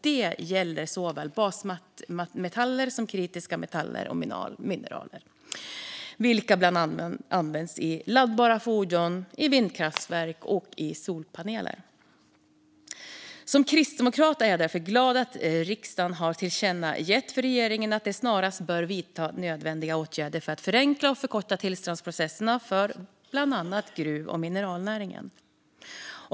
Det gäller såväl basmetaller som kritiska metaller och mineral, vilka bland annat används i laddbara fordon, vindkraftverk och solpaneler. Som kristdemokrat är jag glad att riksdagen har tillkännagett för regeringen att den snarast bör vidta nödvändiga åtgärder för att förenkla och förkorta tillståndsprocesserna för bland annat gruv och mineralnäringen.